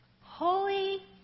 Holy